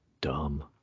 dumb